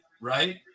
right